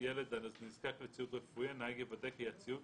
ילד הנזקק לציוד רפואי, הנהג יוודא כי הציוד